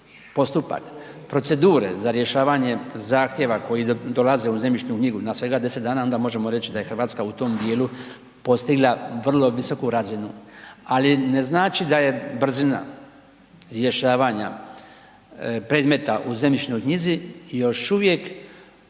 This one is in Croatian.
postupak procedure za rješavanje zahtjeva koji dolaze u zemljišnu knjigu na svega 10 dana onda možemo reći da je Hrvatska u tom dijelu postigla vrlo visoku razinu, ali ne znači da je brzina rješavanja predmeta u zemljišnoj knjizi još uvijek